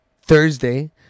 Thursday